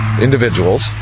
individuals